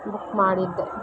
book ಮಾಡಿದ್ದೆ